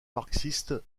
marxiste